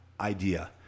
idea